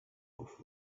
off